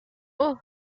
اوه